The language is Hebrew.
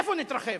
איפה נתרחב?